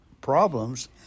problems